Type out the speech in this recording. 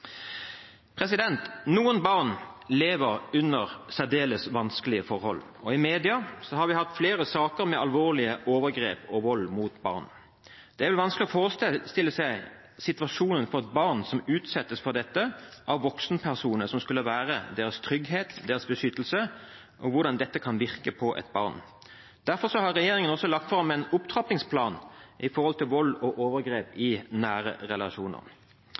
Noen barn lever under særdeles vanskelige forhold. I media har det vært flere saker med alvorlige overgrep og vold mot barn. Det er vanskelig å forestille seg situasjonen for et barn som utsettes for dette av voksenpersoner som skulle være deres trygghet, deres beskyttelse, og hvordan dette kan virke på et barn. Derfor har regjeringen lagt fram en opptrappingsplan mot vold og overgrep i nære relasjoner. Innsatsen mot vold og overgrep må settes inn på bred front. I